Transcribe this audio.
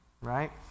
Right